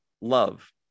love